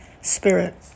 spirit